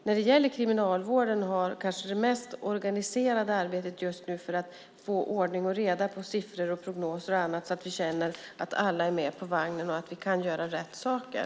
När det gäller kriminalvården är det där vi har det kanske mest organiserade arbetet just nu för att få ordning och reda på siffror, prognoser och annat så att vi känner att alla är med på vagnen och att vi kan göra rätt saker.